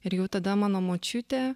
ir jau tada mano močiutė